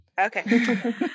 okay